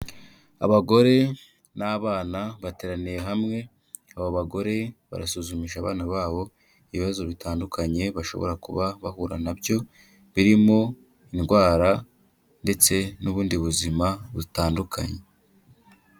Abagore n'abana bateraniye hamwe, aba bagore barasuzumisha abana babo ibibazo bitandukanye, bashobora kuba bahura na byo birimo indwara ndetse n'ubundi buzima butandukanye.